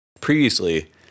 previously